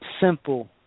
simple